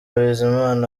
bizimana